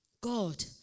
God